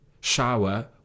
shower